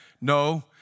No